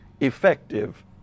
effective